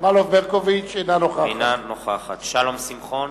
אינה נוכחת שלום שמחון,